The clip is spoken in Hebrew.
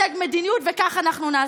נבחרנו כדי לייצג מדיניות, וכך אנחנו נעשה.